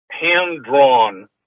hand-drawn